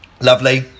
Lovely